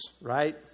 Right